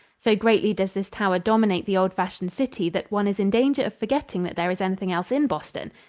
so greatly does this tower dominate the old-fashioned city that one is in danger of forgetting that there is anything else in boston,